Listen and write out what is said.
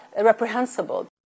reprehensible